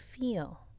feel